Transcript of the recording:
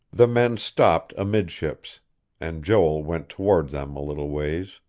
the men stopped amidships and joel went toward them a little ways,